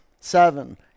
seven